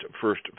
first